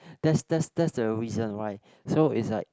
that's that's that's the reason why so it's like